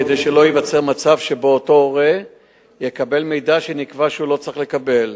כדי שלא ייווצר מצב שבו אותו הורה יקבל מידע שנקבע שהוא לא צריך לקבל,